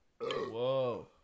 Whoa